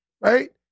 right